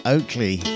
Oakley